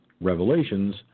revelations